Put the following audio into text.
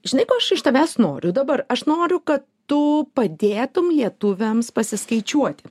žinai ko aš iš tavęs noriu dabar aš noriu kad tu padėtum lietuviams pasiskaičiuoti